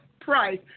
Price